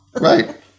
Right